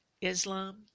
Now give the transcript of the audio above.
Islam